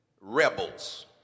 rebels